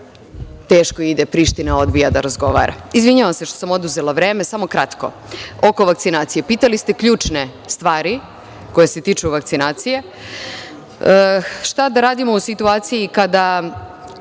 teško ide. Priština odbija da razgovara. Izvinjavam se što sam oduzela vreme. Samo kratko oko vakcinacije. Pitali ste ključne stvari koje se tiču vakcinacije - šta da radimo u situaciji kada